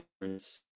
difference